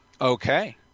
Okay